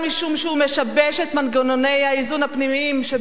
משום שהוא משבש את מנגנוני האיזון הפנימיים בין